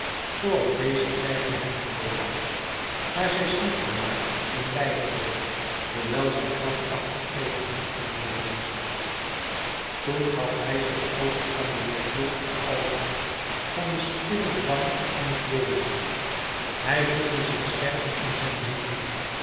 zooals deze dreigde hem te dooden maar zij snikte maar en weigerde hoewel zij krampachtig tegen hem aan bleef liggen toen gaf hij zich over aan de noodlottige almacht van den stillen dwang van het leven hij voelde zich sterven in zijn ziel